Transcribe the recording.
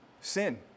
sin